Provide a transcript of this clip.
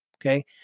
okay